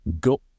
go